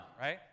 right